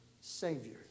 Savior